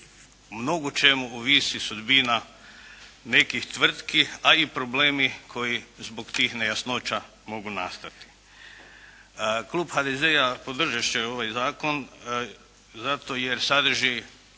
mnogočemu ovisi sudbina nekih tvrtki a i problemi koji zbog tih nejasnoća mogu nastati. Klub HDZ-a podržat će ovaj zakon zato jer sadrži